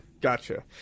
Gotcha